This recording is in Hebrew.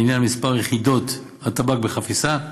לעניין מספר יחידות הטבק בחפיסה,